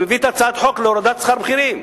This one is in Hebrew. אני מביא את הצעת החוק להורדת שכר בכירים,